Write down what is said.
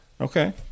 okay